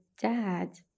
dad